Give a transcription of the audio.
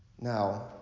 Now